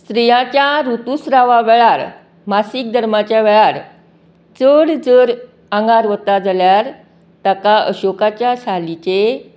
स्त्रीयाच्या रुतूस्त्रवा वेळार मासीक धर्माच्या वेळार चड जर आंगार वता जाल्यार ताका अशोकाच्या सालीचें